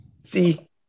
see